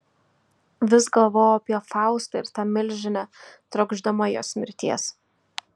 vis galvojau apie faustą ir tą milžinę trokšdama jos mirties